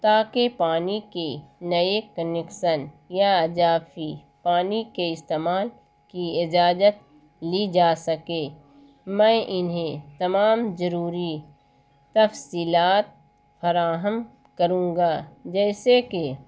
تاکہ پانی کے نئے کنیکشن یا اضافی پانی کے استعمال کی اجازت لی جا سکے میں انہیں تمام ضروری تفصیلات فراہم کروں گا جیسے کہ